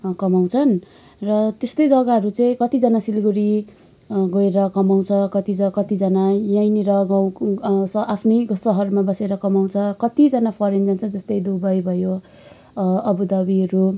कमाउँछन् र त्यस्तै जग्गाहरू चाहिँ कतिजना सिलगढी गएर कमाउँछ कतिज कतिजना यहीँनिर अब आफ्नै सहरमा बसेर कमाउँछ कतिजना फरेन जान्छ जस्तै दुबई भयो आबुदबीहरू